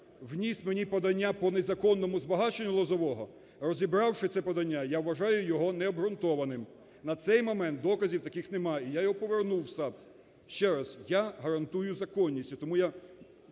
вніс мені подання по незаконному збагаченню Лозового, розібравши це подання я вважаю його не обґрунтованим, на цей момент доказів таких немає і я його повернув в САП. Ще раз, я гарантую законність